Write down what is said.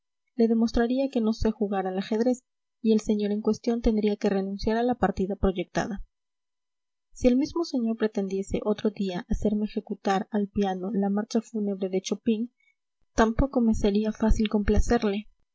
le demostraría que no sé jugar al ajedrez y el señor en cuestión tendría que renunciar a la partida proyectada si el mismo señor pretendiese otro día hacerme ejecutar al piano la marcha fúnebre de chopin tampoco me sería fácil complacerle